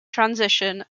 transition